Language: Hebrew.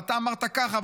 ואתה אמרת ככה,